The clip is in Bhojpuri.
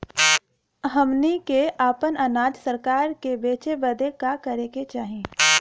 हमनी के आपन अनाज सरकार के बेचे बदे का करे के चाही?